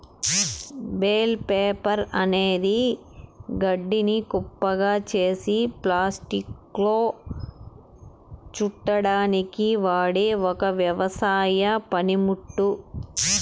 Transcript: bale wrapper అనేది గడ్డిని కుప్పగా చేసి ప్లాస్టిక్లో చుట్టడానికి వాడె ఒక వ్యవసాయ పనిముట్టు